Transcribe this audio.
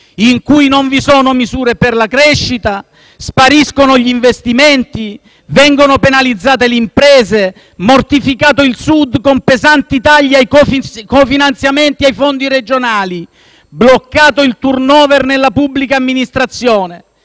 in cui non vi sono misure per la crescita, spariscono gli investimenti, vengono penalizzate le imprese, mortificato il Sud con pesanti tagli ai cofinanziamenti ai fondi regionali, bloccato il *turnover* nella pubblica amministrazione,